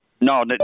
No